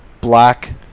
black